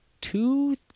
two